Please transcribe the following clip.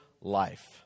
life